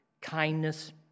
kindness